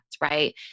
Right